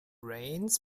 rains